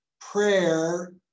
Prayer